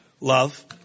Love